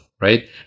right